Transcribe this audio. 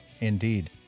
Indeed